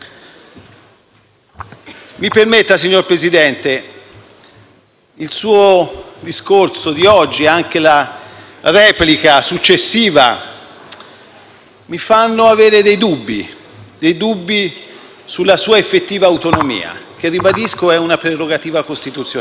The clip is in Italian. Mi permetta, signor Presidente del Consiglio. Il suo discorso di oggi e anche la replica successiva mi fanno avere dei dubbi sulla sua effettiva autonomia, che - lo ribadisco - è una prerogativa costituzionale.